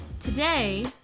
Today